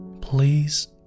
please